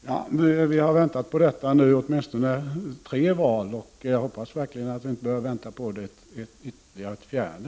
Herr talman! Vi har nu fått vänta i åtminstone tre mandatperioder, och jag hoppas verkligen att vi inte behöver vänta ytterligare en fjärde.